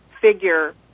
figure